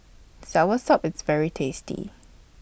Soursop IS very tasty